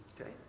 Okay